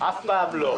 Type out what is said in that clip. אף פעם לא.